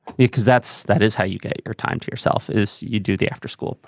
because that's that is how you get your time to yourself is you do the after school.